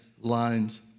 lines